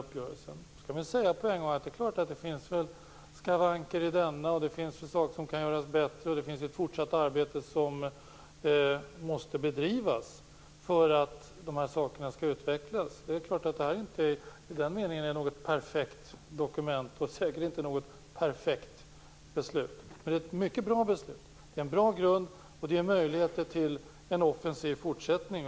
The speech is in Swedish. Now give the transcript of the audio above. Jag kan på en gång säga att det är klart att det finns skavanker och saker som kan göras bättre. Det måste bedrivas ett fortsatt arbete för att dessa saker skall utvecklas. Det är klart att det i den meningen inte är något perfekt dokument. Det är säkert inte något perfekt beslut, men det är ett mycket bra beslut. Det är en bra grund, och det ger möjligheter till en offensiv fortsättning.